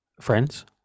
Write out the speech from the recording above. friends